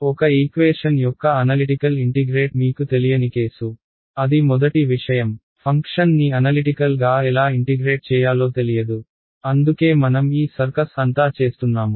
ఒక ఈక్వేషన్ యొక్క analytical integrate మీకు తెలియని కేసు అది మొదటి విషయం ఫంక్షన్ని అనలిటికల్ గా ఎలా ఇంటిగ్రేట్ చేయాలో తెలియదు అందుకే మనం ఈ సర్కస్ అంతా చేస్తున్నాము